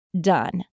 done